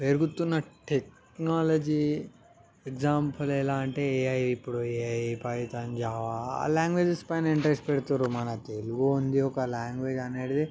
పెరుగుతున్న technology example ఎలా అంటే ఏఐ ఇప్పుడు ఏఐ పైతాన్ జావా ఆ లాంగ్వేజెస్ పైన ఇంట్రెస్ట్ పెడుతున్నారు మన తెలుగు ఉంది ఒక లాంగ్వేజ్ అనేది